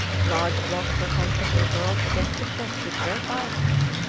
large blocks were constantly hurled against the ship with great violence,